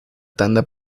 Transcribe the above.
tanda